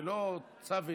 זה לא צו עליון,